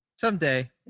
Someday